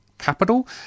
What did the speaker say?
capital